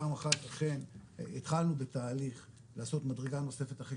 פעם אחת התחלנו בתהליך לעשות מדרגה נוספת אחרי